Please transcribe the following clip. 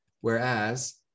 whereas